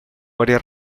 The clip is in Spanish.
varias